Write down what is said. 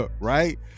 Right